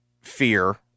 fear